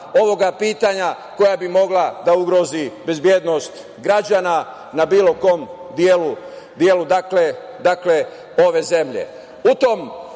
ovog pitanja, koja bi mogla da ugrozi bezbednost građana na bilo kom delu ove zemlje.U